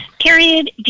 period